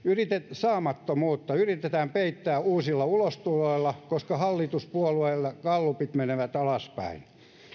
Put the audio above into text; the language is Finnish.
saamattomuutta yritetään peittää uusilla ulostuloilla koska hallituspuolueilla gallupit menevät alaspäin